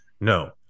No